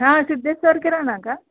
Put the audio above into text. हां सिद्धेश्वर किराणा का